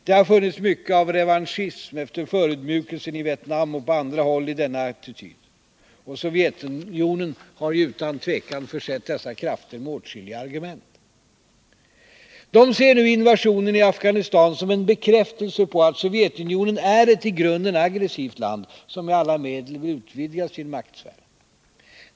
Det har funnits mycket av revanschism efter förödmjukelsen i Vietnam och på andra håll i denna attityd, och Sovjetunionen har ju utan tvekan försett dessa krafter med åtskilliga argument. De ser nu invasionen i Afghanistan som en bekräftelse på att Sovjetunionen är ett i grunden aggressivt land, som med alla medel vill utvidga sin maktsfär.